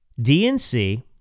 DNC